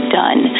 done